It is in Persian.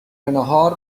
ناهار